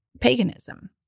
paganism